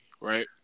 right